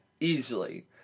easily